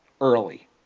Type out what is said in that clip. early